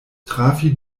trafi